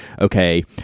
okay